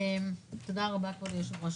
תודה רבה כבוד היושב-ראש,